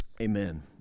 amen